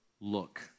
look